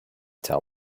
tell